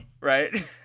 Right